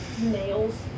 nails